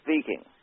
speaking